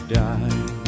die